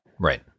Right